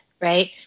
Right